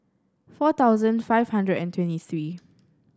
four thousand five hundred and twenty three